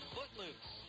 Footloose